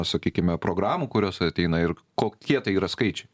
sakykime programų kurios ateina ir kokie tai yra skaičiai